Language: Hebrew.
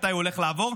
מתי הוא הולך לעבור,